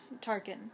Tarkin